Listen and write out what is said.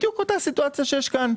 בדיוק אותה סיטואציה שיש כאן.